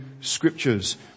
Scriptures